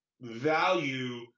value